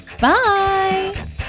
Bye